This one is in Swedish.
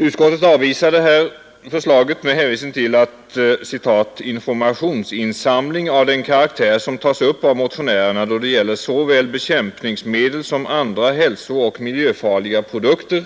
Utskottet avvisar detta förslag med hänvisning till att ”en informationsinsamling av den karaktär som tas upp av motionärerna då det gäller såväl bekämpningsmedel som andra hälsooch miljöfarliga produkter”